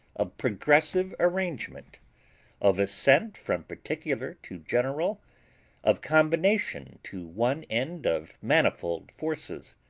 of progressive arrangement of ascent from particular to general of combination to one end of manifold forces.